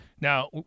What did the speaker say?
Now